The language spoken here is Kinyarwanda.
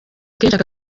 kenshi